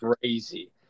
crazy